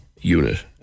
unit